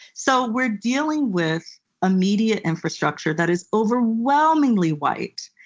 so we're dealing with a media infrastructure that is overwhelmingly white,